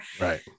Right